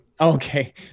Okay